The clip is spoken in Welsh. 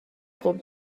pob